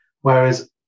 whereas